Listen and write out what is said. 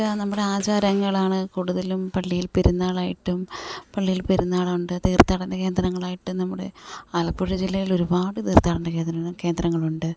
നമ്മുടാചാരങ്ങളാണ് കൂടുതലും പള്ളിയിൽ പെരുന്നാളായിട്ടും പള്ളിയിൽ പെരുന്നാളുണ്ട് തീർത്ഥാടന കേന്ദ്രങ്ങളായിട്ട് നമ്മുടെ ആലപ്പുഴ ജില്ലയിലൊരുപാട് തീർത്ഥാടന കേന്ദ്ര കേന്ദ്രങ്ങളുണ്ട്